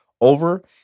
over